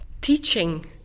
teaching